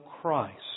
Christ